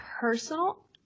Personal